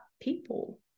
people